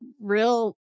real